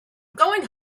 going